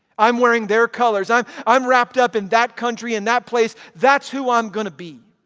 i'm wearing their colors. i'm i'm wrapped up in that country, in that place. that's who i'm going to be.